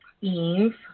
Eve